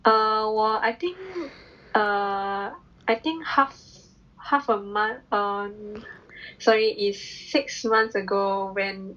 err 我 I think err I think half half a month err sorry is six months ago when